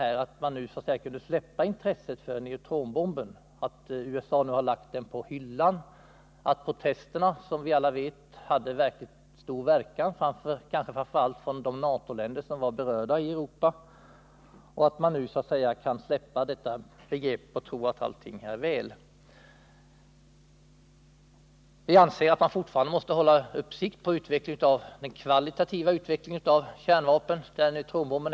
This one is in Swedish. Han sade att man nu kunde släppa intresset för neutronbomber, att USA numera lagt dem på hyllan, att protesterna som alla vet hade stor verkan, kanske framför allt från de NATO-länder som var berörda i Europa, och att man nu så att säga kunde släppa detta begrepp och tro att allting är väl. Vi anser att man fortfarande måste hålla uppsikt på den kvalitativa utvecklingen av kärnvapnen, däribland neutronbomben.